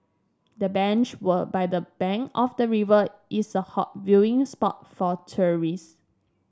the bench were by the bank of the river is a hot viewing spot for tourist